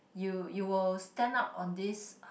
you you will stand up on this